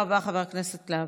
תודה, חבר הכנסת להב.